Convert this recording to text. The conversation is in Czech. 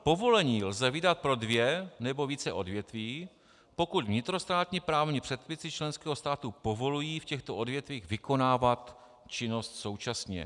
Povolení lze vydat pro dvě nebo více odvětví, pokud vnitrostátní právní předpisy členského státu povolují v těchto odvětvích vykonávat činnosti současně.